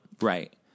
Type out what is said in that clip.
right